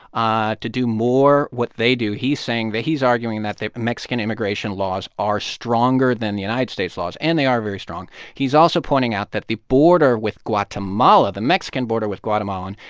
ah to do more what they do he's saying that he's arguing that the mexican immigration laws are stronger than the united states laws. and they are very strong. he's also pointing out that the border with guatemala, the mexican border with guatemala, and